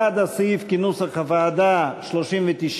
בעד הסעיף כנוסח הוועדה, 39,